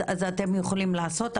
אז אתם יכולים לעשות.